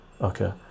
okay